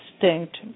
distinct